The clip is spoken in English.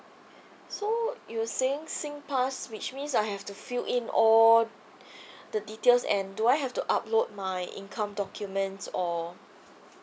so you were saying singpass which means I have to fill in all the details and do I have to upload my income documents or